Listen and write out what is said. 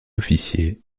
officier